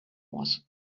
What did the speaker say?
was